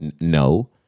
No